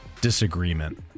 Disagreement